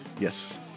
Yes